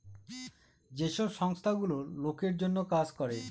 যে সব সংস্থা গুলো লোকের জন্য কাজ করে